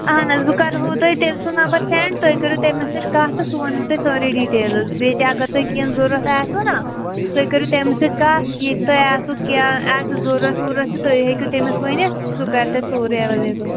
اہن حظ بہٕ کَرہو توہہِ تٔمۍ سُنٛد نَمبر سٮ۪نٛڈ تُہۍ کٔرِو تٔمِس سۭتۍ کَتھ تہٕ سُہ وَنیو تۄہہِ سٲرٕے دِٹیلٕز بیٚیہِ تہِ اگر تۄہہِ کیٚنٛہہ ضوٚرَتھ آسِوُ نا تُہۍ کٔرِو تٔمِس سۭتۍ کَتھ یہِ تۄہہِ آسوٕ کیٚنٛہہ آسوٕ ضوٚرَتھ ووٚرَتھ تہٕ تُہۍ ہیٚکِو تٔمِس ؤنِتھ سُہ کَرِ تۄہہِ سورُے اٮ۪ویلیبٕل